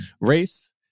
race